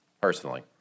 personally